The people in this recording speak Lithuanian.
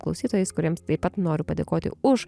klausytojais kuriems taip pat noriu padėkoti už